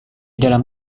dalam